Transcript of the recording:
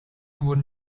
wurden